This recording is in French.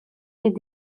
est